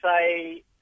say